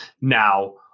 Now